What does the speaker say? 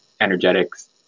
energetics